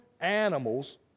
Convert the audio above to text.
animals